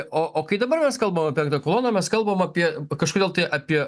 o o kai dabar mes kalbam apie penktą koloną mes kalbam apie kažkodėl tai apie